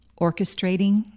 orchestrating